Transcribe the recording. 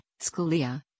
Scalia